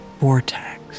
vortex